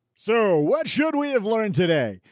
so what should we have learned today?